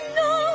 no